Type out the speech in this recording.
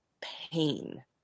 pain